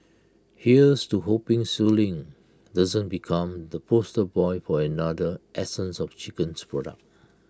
here's to hoping schooling doesn't become the poster boy for another essence of chicken product